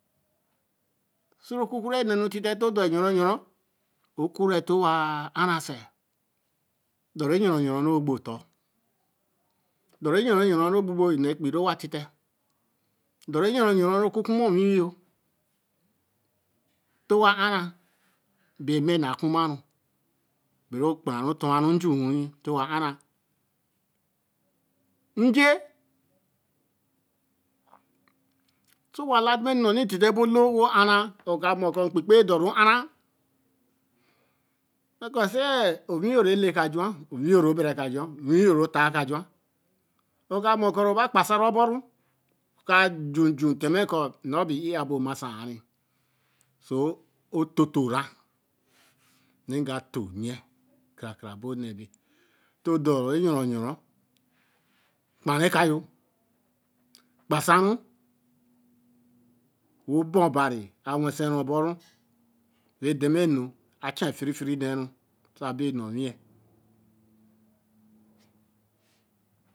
Soru ku kure ē nenu to te do eyoru yoru okure too wa ā ra se odor ru eyoru yora ru gbo oton dor ru eyoru yoru ru gbo gbo ene eperi re wa tite dor ru yoru yoru ru ku ku ma ewiwiyo too wa ar ra be mme naā kur ma ru, bere obun raru dor ware nju ni towa ar ra nje owala daa ebere kee nu ku ni tite bolo wo a-ra oka mur ko npei kpe doru or ara se ko owi yoreka ju wa owi yoru bere kaju wa owiyo haa ka juwa oka mur ko ro ba kpa sa ru boru oka ju nja time ko nno bi e ar bo ma sie so oto to ra re ga to yen kara kara bo ne be to dor re yoru yoru kpa ru eka yo kpasaru wo ba obari awen se ru boru reda mme nu a chen fire fine neru, ru sa abby ene owi ye